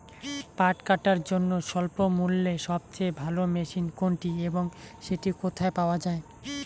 পাট কাটার জন্য স্বল্পমূল্যে সবচেয়ে ভালো মেশিন কোনটি এবং সেটি কোথায় পাওয়া য়ায়?